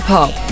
Pop